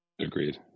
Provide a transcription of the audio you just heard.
Agreed